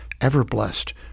ever-blessed